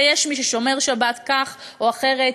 ויש מי ששומר שבת כך או אחרת,